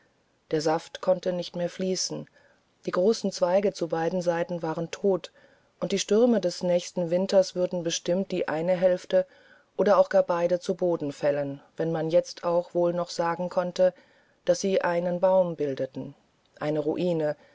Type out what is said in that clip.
der saft konnte nicht mehr fließen die großen zweige zu beiden seiten waren tot und die stürme des nächsten winters würden bestimmt die eine hälfte oder auch gar beide zu boden fällen wenn man jetzt auch wohl noch sagen konnte daß sie einen baum bildeten eine ruine